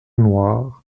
noire